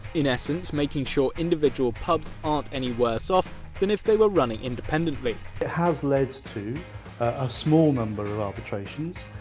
in essence, making sure individual pubs aren't any worse off than if they were running independently. it has led to a small number of arbitrations,